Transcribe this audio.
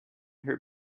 her